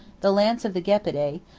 the lance of the gepidae,